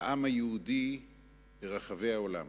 העם היהודי ברחבי העולם